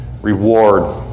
reward